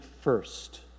first